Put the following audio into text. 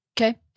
Okay